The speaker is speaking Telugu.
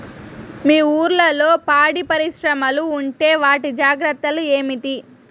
మీ ఊర్లలో పాడి పరిశ్రమలు ఉంటే వాటి జాగ్రత్తలు ఏమిటి